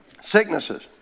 Sicknesses